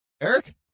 Eric